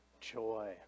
joy